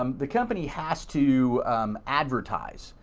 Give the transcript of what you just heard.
um the company has to advertise.